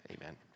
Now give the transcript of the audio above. amen